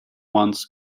once